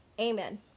amen